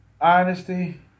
honesty